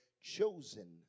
chosen